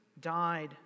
died